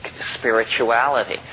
spirituality